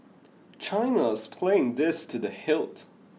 China is playing this to the hilt